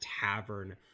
tavern